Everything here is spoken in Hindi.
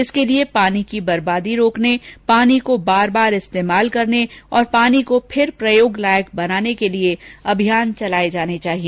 इसके लिए पानी की बर्बादी रोकने पानी को बार बार इस्तेमाल करने और पानी को फिर प्रयोग लायक बनाने के अभियान चलाये जाने चाहिए